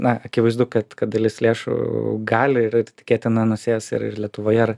na akivaizdu kad kad dalis lėšų gali ir tikėtina nusės ir lietuvoje ir